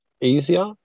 easier